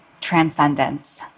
transcendence